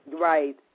Right